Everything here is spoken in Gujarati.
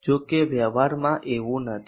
જો કે વ્યવહારમાં એવું નથી